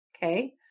okay